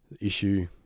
issue